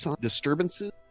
disturbances